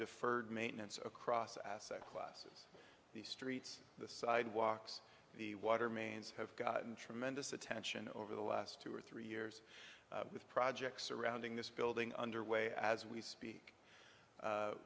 deferred maintenance across asset classes the streets the sidewalks the water mains have gotten tremendous attention over the last two or three years with projects surrounding this building underway as we speak